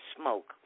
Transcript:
smoke